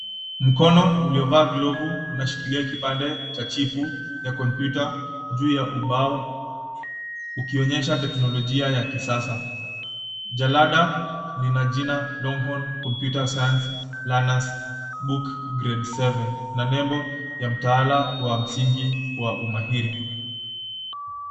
Mkono uliyovaa glovu unashikilia kipande cha chipu ya kompyuta, juu ya ubao ukionyesha teknolojia ya kisasa. Jalada lina jina, Longhorn Computer Science Learner's Book Grade 7 na nembo ya mtaala ya msingi wa umahiri.